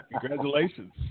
Congratulations